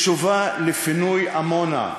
בתשובה לפינוי עמונה,